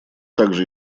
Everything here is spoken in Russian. также